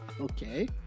Okay